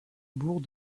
bourg